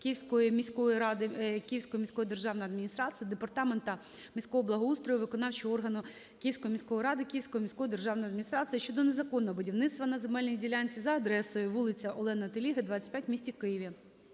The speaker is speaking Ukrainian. Київської міської ради (Київської міської державної адміністрації), Департаменту міського благоустрою виконавчого органу Київської міської ради (Київської міської державної адміністрації) щодо незаконного будівництва на земельній ділянці за адресою: вулиця Олени Теліги, 25 у місті Києві.